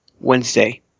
Wednesday